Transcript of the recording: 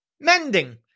Mending